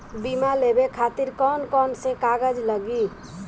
बीमा लेवे खातिर कौन कौन से कागज लगी?